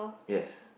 yes